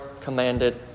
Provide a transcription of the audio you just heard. commanded